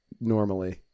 normally